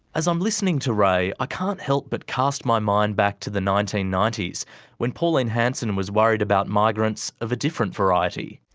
as i'm listening to ray i can't help but cast my mind back to the nineteen ninety s when pauline hanson was worried about migrants of a different variety.